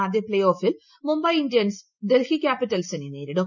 ആദ്യ പ്ലേ ഓഫിൽ മുംബൈ ഇന്ത്യൻസ് ഡൽഹി ക്യാപിറ്റൽസിനെ നേരിടും